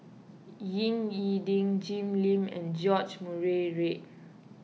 Ying E Ding Jim Lim and George Murray Reith